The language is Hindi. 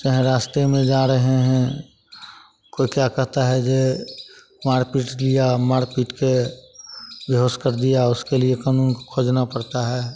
चाहें रास्ते में जा रहे हैं कोई क्या कहता है यह मारपीट लिया मारपीट कर बेहोश कर दिया उसके लिए कानून को खोजना पड़ता है